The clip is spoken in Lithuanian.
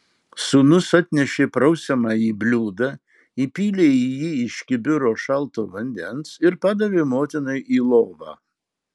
sūnus atnešė prausiamąjį bliūdą įpylė į jį iš kibiro šalto vandens ir padavė motinai į lovą